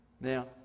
Now